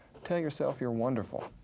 tell yourself you're wonderful.